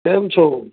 કેમ છો